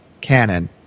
canon